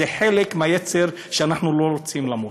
זה חלק מהיצר שאנחנו לא רוצים למות,